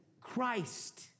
Christ